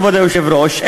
כבוד היושב-ראש,